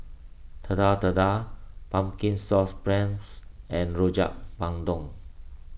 Telur Dadah Pumpkin Sauce Prawns and Rojak Bandung